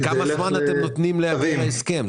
כמה זמן אתם נותנים להגיע להסכם?